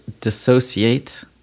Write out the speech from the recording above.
Dissociate